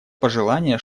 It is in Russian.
пожелание